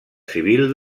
civil